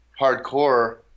hardcore